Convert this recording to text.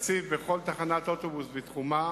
תציב בכל תחנת אוטובוס בתחומה